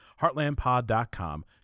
Heartlandpod.com